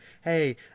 hey